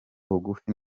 bugufi